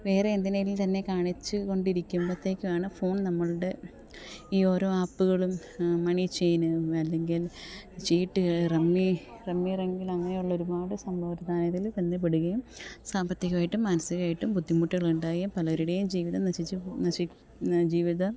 വേറെ എന്തിനെ എങ്കിലും തന്നെ കാണിച്ചു കൊണ്ട് ഇരിക്കുമ്പത്തേക്കുവാണ് ഫോണ് നമ്മളുടെ ഈ ഓരോ ആപ്പുകളും മണീച്ചെയിൻ അല്ലെങ്കില് ചീട്ട് റമ്മി റമ്മി റങ്കിൽ അങ്ങനെയുള്ള ഒരുപാട് സംഭവ വൃതാനത്തിൽ ചെന്ന് പിടിക്കുകയും സാമ്പത്തികമായിട്ടും മാനസികമായിട്ടും ബുദ്ധിമുട്ടുകളുണ്ടാകുകയും പലരുടെയും ജീവിതം നശിച്ചു നശിക്കും ജീവിതം